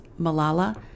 Malala